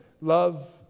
Love